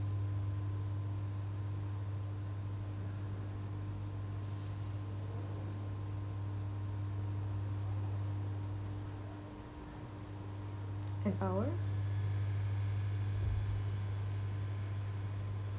an hour